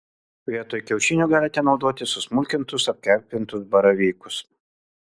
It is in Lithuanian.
vietoj kiaušinių galite naudoti susmulkintus apkepintus baravykus